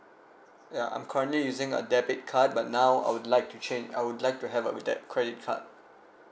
ya I'm currently using a debit card but now I would like to change I would like to have a with that credit card